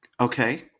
Okay